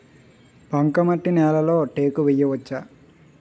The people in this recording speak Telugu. బంకమట్టి నేలలో టేకు వేయవచ్చా?